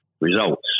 results